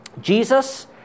Jesus